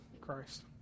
Christ